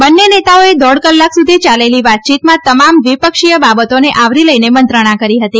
બંને નેતાઓએ દોઢ કલાક સુધી ચાલેલી વાતચીતમાં તમામ દ્વિપક્ષીય બાબતોને આવરી લઈને મંત્રણા કરી હતી